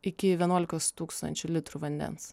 iki vienuolikos tūkstančių litrų vandens